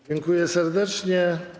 Dziękuję serdecznie.